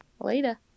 Later